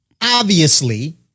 Obviously-